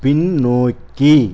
பின்னோக்கி